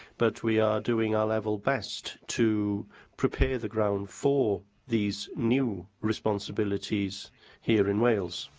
but we are doing our level best to prepare the ground for these new responsibilities here in wales.